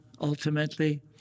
ultimately